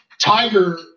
Tiger